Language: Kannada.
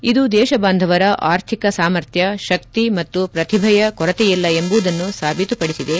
ಇದು ದೇಶ ಬಾಂಧವರಲ್ಲಿ ಅರ್ಥಿಕ ಸಾಮರ್ಥ್ಯ ಶಕ್ತಿ ಮತ್ತು ಪ್ರತಿಭೆಯ ಕೊರತೆಯಲ್ಲ ಎಂಬುದನ್ನೂ ಸಾಬೀತುಪಡಿಸಿದೆ